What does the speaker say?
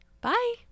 bye